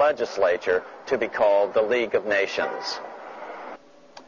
legislature to be called the league of nations